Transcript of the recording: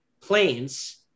planes